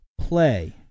play